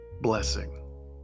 blessing